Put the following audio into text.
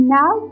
Now